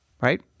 right